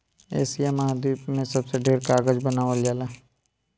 Asia महाद्वीप में सबसे ढेर कागज बनावल जाला